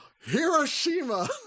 Hiroshima